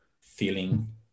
feeling